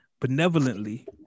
benevolently